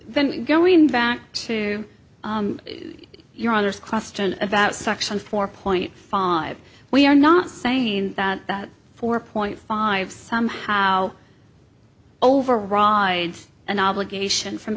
then going back to your honor's question about section four point five we are not saying that that four point five somehow overrides an obligation from